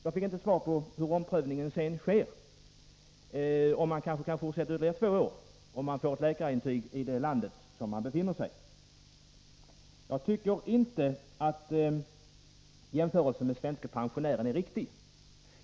Jag fick dock inte svar på frågan hur omprövningen sedan sker, om ersättning kan utgå ytterligare två år om man får ett läkarintyg i det land där man befinner sig. Jag tycker inte att jämförelsen med den svenska pensionären är riktig.